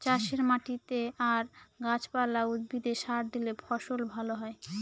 চাষের মাটিতে আর গাছ পালা, উদ্ভিদে সার দিলে ফসল ভালো হয়